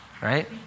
right